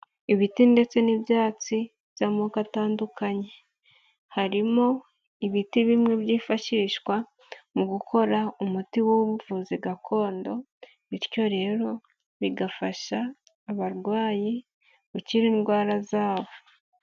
Ibiti ndetse n'ibyatsi by'amoko atandukanye. Harimo ibiti bimwe byifashishwa mu gukora umuti w'ubuvuzi gakondo, bityo rero bigafasha abarwayi gukira indwara zabo.